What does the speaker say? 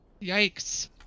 Yikes